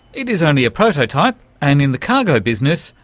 it is only a prototype and in the cargo business,